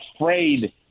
afraid